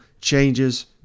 changes